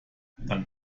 dann